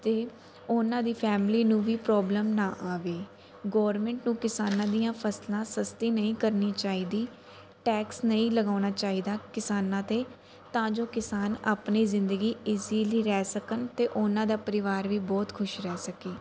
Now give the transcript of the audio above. ਅਤੇ ਉਹਨਾਂ ਦੀ ਫੈਮਿਲੀ ਨੂੰ ਵੀ ਪ੍ਰੋਬਲਮ ਨਾ ਆਏ ਗੌਰਮੈਂਟ ਨੂੰ ਕਿਸਾਨਾਂ ਦੀਆਂ ਫਸਲਾਂ ਸਸਤੀ ਨਹੀਂ ਕਰਨੀ ਚਾਹੀਦੀ ਟੈਕਸ ਨਹੀਂ ਲਗਾਉਣਾ ਚਾਹੀਦਾ ਕਿਸਾਨਾਂ 'ਤੇ ਤਾਂ ਜੋ ਕਿਸਾਨ ਆਪਣੇ ਜ਼ਿੰਦਗੀ ਈਜ਼ੀਲੀ ਰਹਿ ਸਕਣ ਅਤੇ ਉਹਨਾਂ ਦਾ ਪਰਿਵਾਰ ਵੀ ਬਹੁਤ ਖੁਸ਼ ਰਹਿ ਸਕੇ